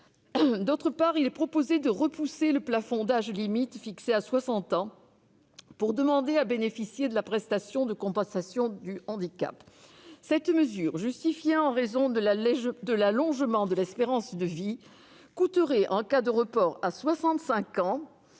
ailleurs, il est proposé de repousser le plafond d'âge, fixé à 60 ans, pour demander à bénéficier de la prestation de compensation du handicap. Cette mesure, justifiée en raison de l'allongement de l'espérance de vie, coûterait, en cas de report à 65 ans,